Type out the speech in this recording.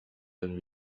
been